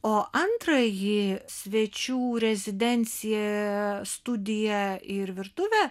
o antrąjį svečių rezidenciją studiją ir virtuvę